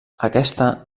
aquesta